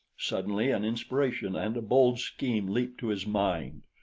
suddenly an inspiration and a bold scheme leaped to his mind.